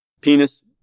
penis